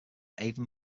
avon